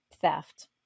theft